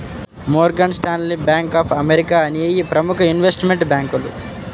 Morgan Stanley, bank of America అనేయ్యి ప్రముఖ investment బ్యేంకులు